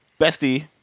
Bestie